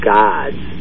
gods